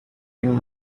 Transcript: been